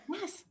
Yes